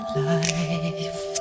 life